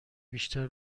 بیشتر